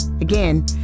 Again